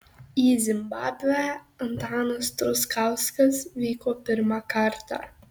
į zimbabvę antanas truskauskas vyko pirmą kartą